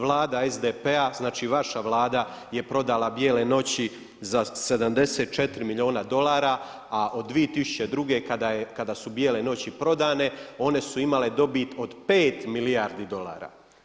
Vlada SDP-a znači vaša vlada je prodala Bijele noći za 74 milijuna dolara, a od 2002. kada su Bijele noći prodane one su imale dobit od pet milijardi dolara.